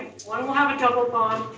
one will have a double bond,